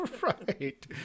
right